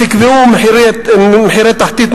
אז תקבעו מחירי תחתית,